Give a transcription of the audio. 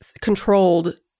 controlled